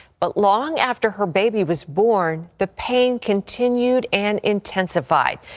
but long after her baby was born, the pain continued and intensified.